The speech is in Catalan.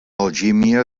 algímia